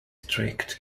strict